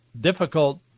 difficult